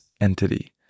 entity